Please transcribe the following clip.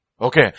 Okay